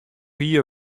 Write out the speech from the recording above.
jier